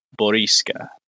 Boriska